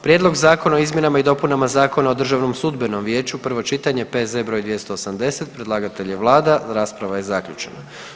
Prijedlog Zakona o izmjenama i dopunama Zakona o Državnom sudbenom vijeću, prvo čitanje, P.Z. br. 280, predlagatelj je Vlada, rasprava je zaključena.